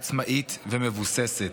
עצמאית ומבוססת.